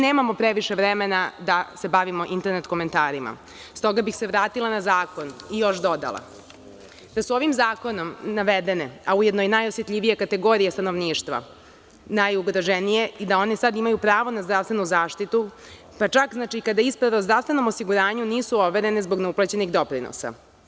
Nemamo previše vremena da se bavimo internet komentarima, stoga bih se vratila na zakon i još dodala da su ovim zakonom navedene, a ujedno i najosetljivije kategorije stanovništva najugroženije i da one sada imaju pravo na zdravstvenu zaštitu, čak i kada isprave o zdravstvenom osiguranju nisu overene zbog neuplaćenih doprinosa.